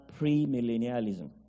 premillennialism